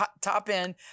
top-end